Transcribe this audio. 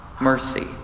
Mercy